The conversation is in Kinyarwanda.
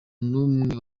numwe